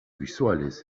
visuales